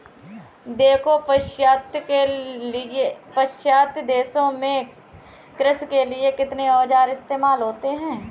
देखो पाश्चात्य देशों में कृषि के लिए कितने औजार इस्तेमाल होते हैं